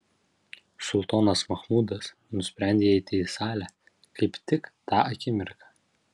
sultonas machmudas nusprendė įeiti į salę kaip tik tą akimirką